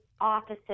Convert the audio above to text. offices